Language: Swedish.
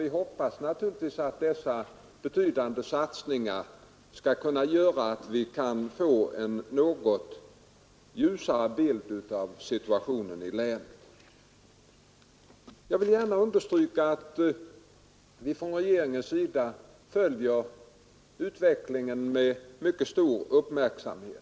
Vi hoppas emellertid att dessa betydande satsningar skall leda till att vi får en ljusare bild av situationen i länet. Jag vill gärna understryka att vi från regeringens sida följer utvecklingen med mycket stor uppmärksamhet.